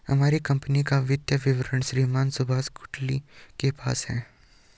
हमारी कम्पनी का वित्तीय विवरण श्रीमान सुभाष गुलाटी के पास है